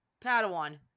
Padawan